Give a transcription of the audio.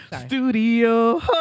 Studio